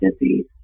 disease